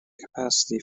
capacity